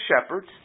shepherds